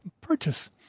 purchase